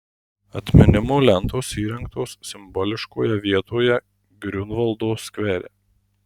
atminimo lentos įrengtos simboliškoje vietoje griunvaldo skvere